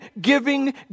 giving